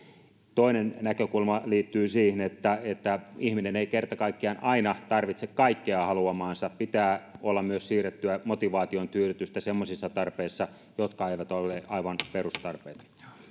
toinen näkökulma liittyy siihen että että ihminen ei kerta kaikkiaan aina tarvitse kaikkea halumaansa pitää olla myös siirrettyä motivaation tyydytystä semmoisissa tarpeissa jotka eivät ole aivan perustarpeita